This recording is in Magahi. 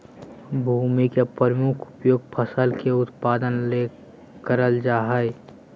भूमि के प्रमुख उपयोग फसल के उत्पादन ले करल जा हइ